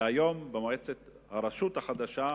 היום, במועצת הרשות החדשה,